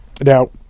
Now